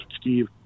steve